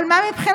אבל מה מבחינתכם?